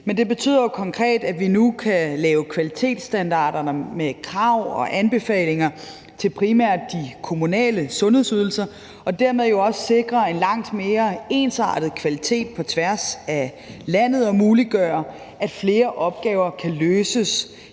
Men det betyder jo konkret, at vi nu kan lave kvalitetsstandarder med krav og anbefalinger til primært de kommunale sundhedsydelser og dermed jo også sikre en langt mere ensartet kvalitet på tværs af landet og muliggøre, at flere opgaver kan løses